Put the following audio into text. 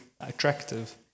attractive